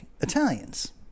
Italians